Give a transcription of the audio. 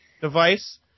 device